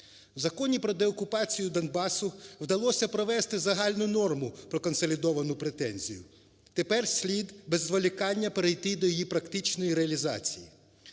В Законі про деокупацію Донбасу вдалося провести загальну норму про консолідовану претензію, тепер слід без зволікання перейти до її практичної реалізації.